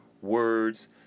words